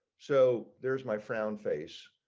so there's my frown face